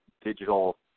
digital